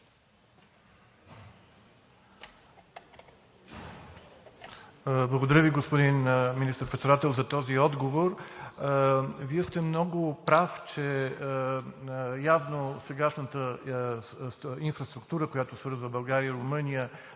Благодаря Ви, господин Министър-председател, за този отговор. Вие сте много прав, че явно сегашната инфраструктура, която свързва България и Румъния,